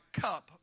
cup